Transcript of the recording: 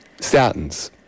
statins